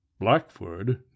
Blackford